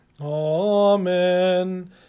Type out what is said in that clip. Amen